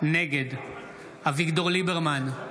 נגד אביגדור ליברמן,